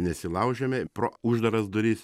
nesilaužiame pro uždaras duris